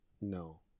No